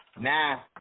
now